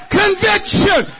conviction